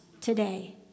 today